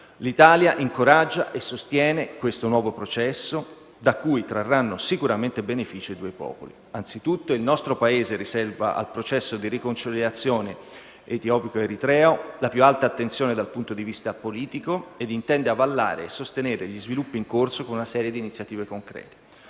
l'Italia incoraggia e sostiene questo nuovo processo, da cui trarranno sicuramente beneficio i due popoli. Anzitutto, il nostro Paese riserva al processo di riconciliazione tra Etiopia ed Eritrea la più alta attenzione dal punto di vista politico e intende avallare e sostenere gli sviluppi in corso con una serie di iniziative concrete.